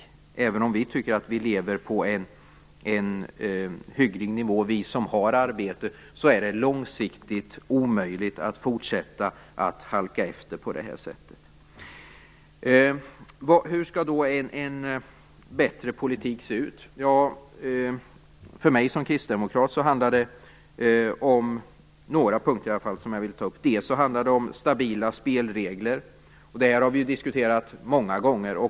Även om vi som har arbete tycker att vi lever på en hygglig nivå är det långsiktigt omöjligt att fortsätta att halka efter på det här sättet. Hur skall då en bättre politik se ut? För mig som kristdemokrat handlar det om några punkter som jag vill ta upp. Det handlar om stabila spelregler. Det har vi diskuterat många gånger.